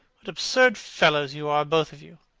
what absurd fellows you are, both of you!